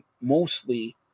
mostly